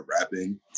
rapping